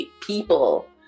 people